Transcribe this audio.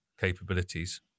capabilities